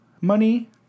money